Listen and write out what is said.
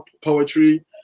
poetry